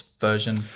version